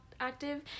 active